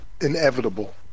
inevitable